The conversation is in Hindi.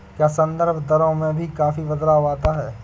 क्या संदर्भ दरों में भी काफी बदलाव आता है?